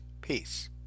Peace